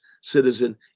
citizen